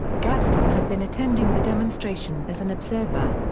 gadsden had been attending the demonstration as an observer.